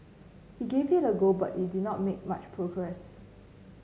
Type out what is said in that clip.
he gave it a go but it did not make much progress